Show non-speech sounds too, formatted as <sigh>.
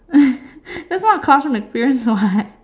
<laughs> that's not a classroom experience [what]